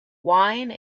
wine